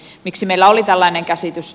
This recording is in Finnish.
miksi meillä oli tällainen käsitys